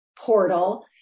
portal